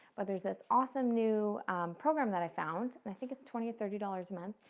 but there's this awesome new program that i found, and i think it's twenty or thirty dollars a month.